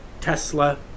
Tesla